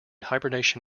hibernation